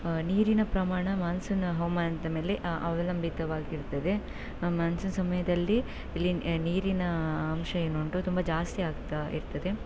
ನೀರಿನ ಪ್ರಮಾಣ ಮಾನ್ಸೂನ್ ಹವಮಾನದ ಮೇಲೆ ಅವಲಂಬಿತವಾಗಿರ್ತದೆ ಮಾನ್ಸೂನ್ ಸಮಯದಲ್ಲಿ ಇಲ್ಲಿನ ನೀರಿನ ಅಂಶ ಏನುಂಟು ತುಂಬ ಜಾಸ್ತಿ ಆಗ್ತಾ ಇರ್ತದೆ